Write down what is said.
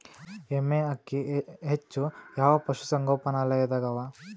ಎಮ್ಮೆ ಅಕ್ಕಿ ಹೆಚ್ಚು ಯಾವ ಪಶುಸಂಗೋಪನಾಲಯದಾಗ ಅವಾ?